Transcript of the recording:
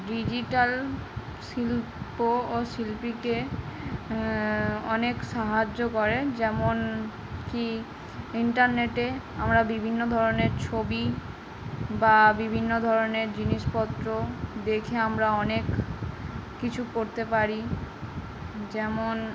digital শিল্প ও শিল্পীকে অনেক সাহায্য করে যেমন কি ইন্টারনেটে আমরা বিভিন্ন ধরনের ছবি বা বিভিন্ন ধরনের জিনিসপত্র দেখে আমরা অনেক কিছু করতে পারি যেমন